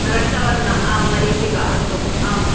रक्तवर्णमरीचिका अस्तु आम्